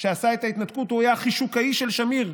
שעשה את ההתנתקות, היה חישוקאי של שמיר.